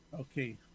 Okay